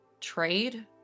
Trade